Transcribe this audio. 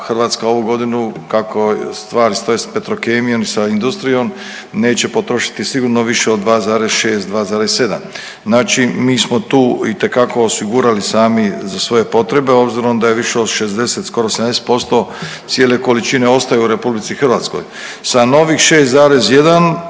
Hrvatska ovu godinu kako stvari stoje s Petrokemijom i sa industrijom neće potrošiti sigurno više od 2,6-2,7 znači mi smo tu itekako osigurali sami za svoje potrebe obzirom da više od 60, skoro 70% cijele količine ostaju u RH. Sa novih 6,1